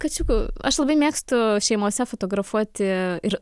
kačiukų aš labai mėgstu šeimose fotografuoti ir